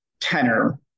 tenor